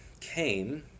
came